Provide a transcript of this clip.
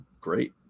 great